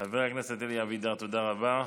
חבר הכנסת אלי אבידר, תודה רבה.